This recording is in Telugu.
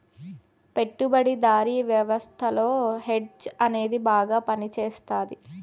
పెట్టుబడిదారీ వ్యవస్థలో హెడ్జ్ అనేది బాగా పనిచేస్తది